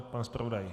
Pan zpravodaj?